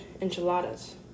enchiladas